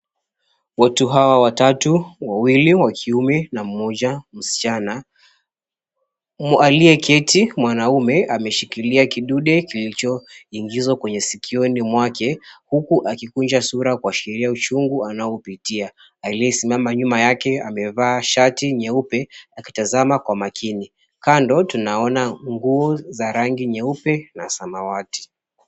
Watu hawa watatu wawili wa kiume na mmoja msichana, humu aliyeketi mwanaume ameshikilia kidude kilichoingizwa kwenye sikioni mwake huku akikunja sura kuashiria uchungu anaoupitia. Aliyesimama nyuma yake amevaa shati nyeupe akitazama kwa makini. Kando tunaona nguo za rangi nyeupe na samawati.